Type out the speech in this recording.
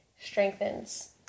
strengthens